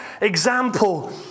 example